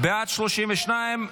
בעד, 32,